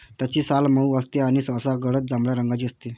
त्याची साल मऊ असते आणि सहसा गडद जांभळ्या रंगाची असते